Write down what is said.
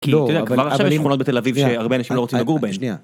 כי, לא, אתה יודע, כבר עכשיו יש שכונות בתל אביב, שניה, שהרבה אנשים לא רוצים לגור בהן. שניה.